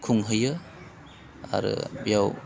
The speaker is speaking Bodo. खुंहैयो आरो बेयाव